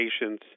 patients